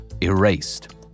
erased